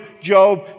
Job